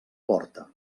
porta